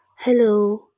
Hello